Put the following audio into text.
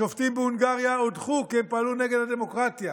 השופטים בהונגריה הודחו כי הם פעלו נגד הדמוקרטיה,